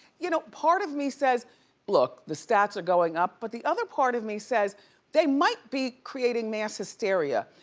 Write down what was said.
you know, part of me says look, the stats are going up but the other part of me says they might be creating mass hysteria,